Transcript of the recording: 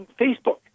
Facebook